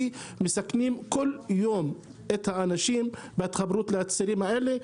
מסכנים את האנשים כל יום בחיבור לצירים האלה.